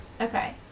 Okay